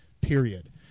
Period